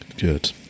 good